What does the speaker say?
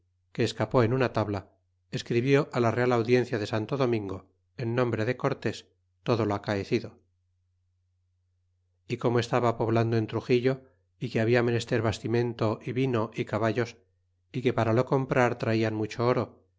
que escapó en una tabla escribió á la real audiencia de santo domingo en nombre de cortés todo lo acaecido y como estaba poblando en truxillo y que habia menester bastimento y vino y caballos y que para lo comprar traian mucho oro